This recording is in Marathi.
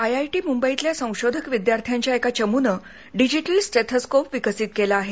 आयआयी मुंबइतल्या संशोधक विद्यार्थ्यांच्या एका चमूनं डिजिध्नि स्थिस्कोप विकसित केला आहे